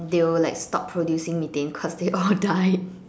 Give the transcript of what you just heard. they will like stop producing methane cause they all died